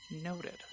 Noted